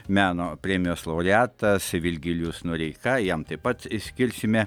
meno premijos laureatas virgilijus noreika jam taip pat skirsime